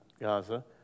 Gaza